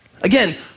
Again